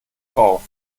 drauf